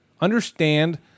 Understand